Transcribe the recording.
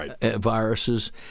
viruses